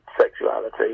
sexuality